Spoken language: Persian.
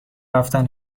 رفتن